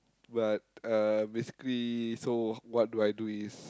but uh basically so what do I do is